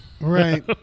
Right